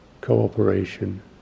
cooperation